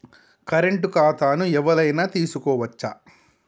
Current ఖాతాను ఎవలైనా తీసుకోవచ్చా?